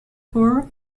poor